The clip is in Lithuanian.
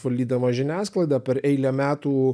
valdydamas žiniasklaidą per eilę metų